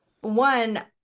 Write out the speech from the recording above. one